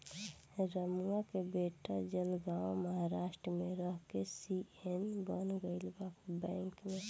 रमुआ के बेटा जलगांव महाराष्ट्र में रह के सी.ए बन गईल बा बैंक में